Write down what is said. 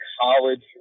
college